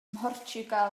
mhortiwgal